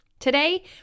Today